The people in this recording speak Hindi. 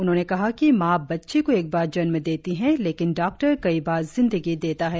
उन्होंने कहा कि माँ बच्चे को एकबार जन्म देती है लेकिन डॉक्टर कई बार जिंदगी देता है